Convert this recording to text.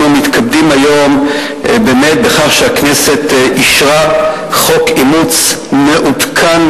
אנחנו מתכבדים היום באמת בכך שהכנסת אישרה חוק אימוץ מעודכן,